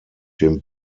dem